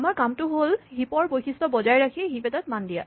আমাৰ কামটো হ'ল হিপ ৰ বৈশিষ্ট বজাই ৰাখি হিপ এটাত মান দিয়া